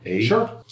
Sure